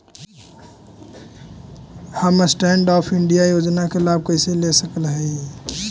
हम stand up India योजना के लाभ कइसे ले सकलिअई हे